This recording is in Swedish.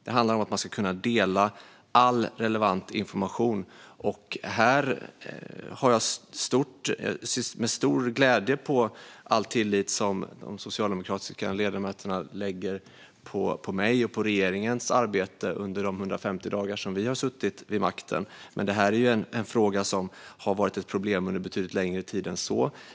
Det handlar om att man ska kunna dela all relevant information. Här ser jag med stor glädje på all tillit som de socialdemokratiska ledamöterna sätter till mitt och regeringens arbete under de 150 dagar som vi har suttit vid makten. Detta har dock varit ett problem under betydligt längre tid än så.